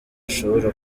ashobora